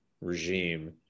regime